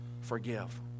forgive